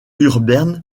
urbaine